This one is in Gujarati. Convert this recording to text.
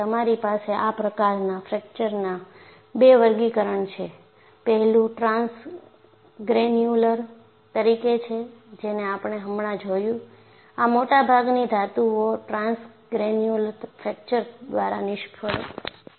તમારી પાસે આ પ્રકારના ફ્રેકચરના બે વર્ગીકરણ છે પેહલું ટ્રાન્સગ્રેન્યુલર તરીકે છે જેને આપણે હમણાં જોયું આ મોટાભાગની ધાતુઓ ટ્રાન્સગ્રેન્યુલર ફ્રેક્ચર દ્વારા નિષ્ફળ જાય છે